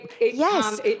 Yes